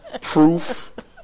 proof